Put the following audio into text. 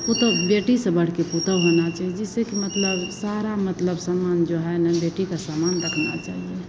पतोह बेटी से बढ़ कर पतोह होना चाहिए जिससे कि मतलब सारा मतलब सामान जो है न बेटी का सामान रखना चाहिए